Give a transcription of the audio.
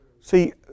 See